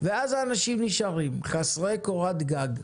ואז אנשים נשארים חסרי קורת גג,